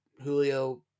Julio